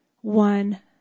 One